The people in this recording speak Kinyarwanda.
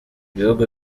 ibihugu